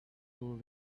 pulled